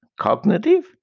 cognitive